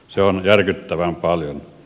se on järkyttävän paljon